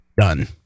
Done